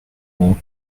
all